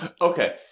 Okay